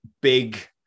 big